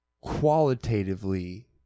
qualitatively